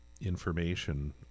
information